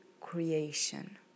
creation